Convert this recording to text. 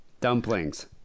dumplings